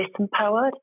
disempowered